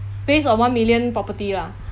based on one million property lah